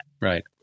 Right